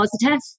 positive